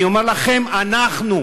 אני אומר לכם, אנחנו.